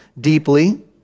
deeply